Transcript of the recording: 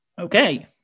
Okay